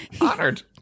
Honored